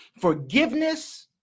forgiveness